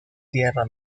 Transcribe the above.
tierra